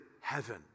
heaven